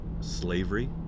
slavery